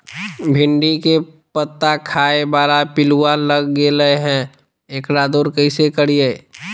भिंडी के पत्ता खाए बाला पिलुवा लग गेलै हैं, एकरा दूर कैसे करियय?